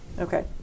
Okay